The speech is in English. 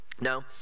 No